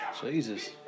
Jesus